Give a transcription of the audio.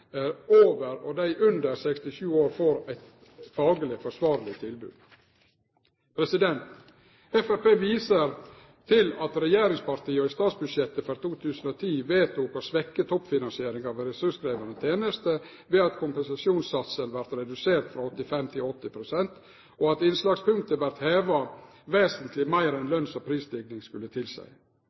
over og dei under 67 år får eit fagleg forsvarleg tilbod. Framstegspartiet viser til at regjeringspartia i statsbudsjettet for 2010 vedtok å svekkje toppfinansieringa for ressurskrevjande tenester ved at kompensasjonssatsen vart redusert frå 85 pst. til 80 pst., og at innslagspunktet vart heva vesentleg meir enn lønns- og prisstigninga skulle tilseie. Framstegspartiet viser til